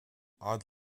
odd